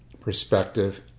perspective